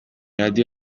radio